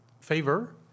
favor